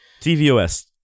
TVOS